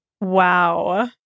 Wow